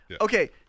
Okay